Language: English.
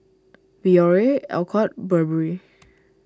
Biore Alcott Burberry